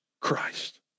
Christ